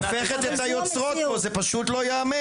את הופכת את היוצרות פה, זה פשוט לא ייאמן.